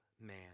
man